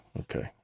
okay